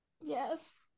Yes